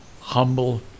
humble